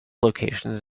locations